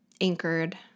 anchored